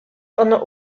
ono